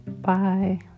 Bye